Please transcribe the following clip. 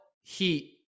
heat